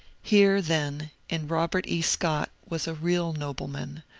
here, then, in robert e. scott was a real nobleman,